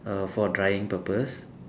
err for drying purpose